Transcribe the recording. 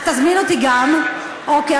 תזמין אותי גם, אוקיי.